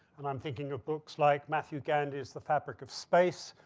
and i'm thinking of books like matthew gandhi's, the fabric of space,